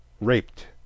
raped